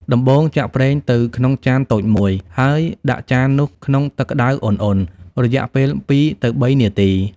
ដំបូង ចាក់ប្រេងទៅក្នុងចានតូចមួយ ហើយដាក់ចាននោះក្នុងទឹកក្តៅឧណ្ហៗ រយៈពេលពីរទៅបីនាទី។